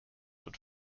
wird